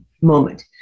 moment